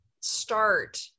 start